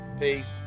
Peace